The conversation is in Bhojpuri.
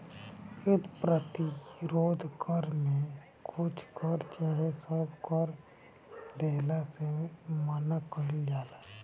युद्ध प्रतिरोध कर में कुछ कर चाहे सब कर देहला से मना कईल जाला